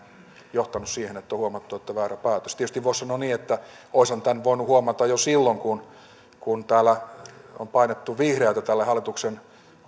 johtaneet siihen että on huomattu että väärä päätös tietysti voisi sanoa niin että olisihan tämän voinut huomata jo silloin kun täällä on painettu vihreätä tälle hallituksen